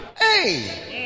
Hey